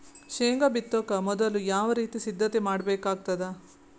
ಶೇಂಗಾ ಬಿತ್ತೊಕ ಮೊದಲು ಯಾವ ರೀತಿ ಸಿದ್ಧತೆ ಮಾಡ್ಬೇಕಾಗತದ?